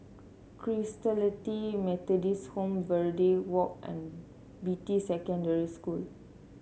Christalite Methodist Home Verde Walk and Beatty Secondary School